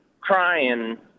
crying